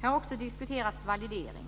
Här har också diskuterats validering.